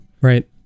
Right